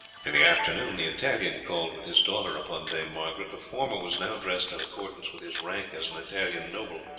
in the afternoon the italian called with his daughter upon dame margaret. the former was now dressed in accordance with his rank as an italian noble,